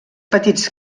petits